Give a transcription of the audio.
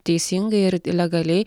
teisingai ir legaliai